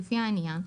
לפי העניין,